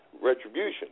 retribution